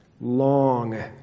Long